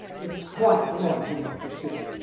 it is quite large enough for two,